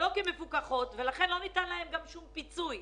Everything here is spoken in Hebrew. לא ניתן להן גם שום פיצוי.